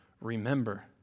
remember